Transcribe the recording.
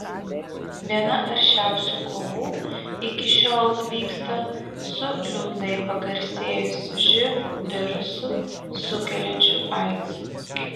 viena aršiausių kovų iki šiol vyksta su liūdnai pagarsėjusiu živ virusu sukeliančiu aids